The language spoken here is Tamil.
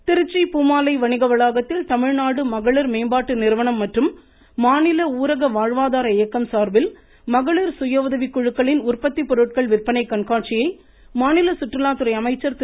வளர்மதி திருச்சி பூமாலை வணிக வளாகத்தில் தமிழ்நாடு மகளிர் மேம்பாட்டு நிறுவனம் மற்றும் மாநில ஊரக வாழ்வாதார இயக்கம் சார்பில் மகளிர் சுய உதவி குழுக்களின் உற்பத்தி பொருட்கள் விற்பனை கண்காட்சியை மாநில சுற்றுலாத்துறை அமைச்சர் திரு